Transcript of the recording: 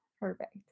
Perfect